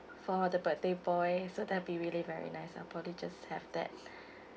for the birthday boy so that'll be really very nice just have that